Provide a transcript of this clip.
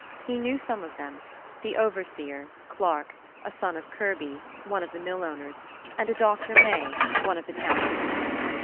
he knew some of them the overseer, clarke a son of kirby, one of the mill-owners and a doctor may, one of the town-physicians.